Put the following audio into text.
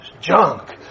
junk